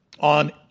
on